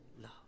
love